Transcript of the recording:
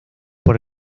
por